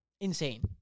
Insane